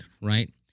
right